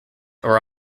are